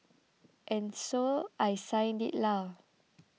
and so I signed it lah